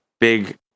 big